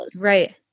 Right